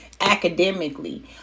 academically